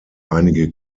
einige